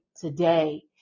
today